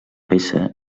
peça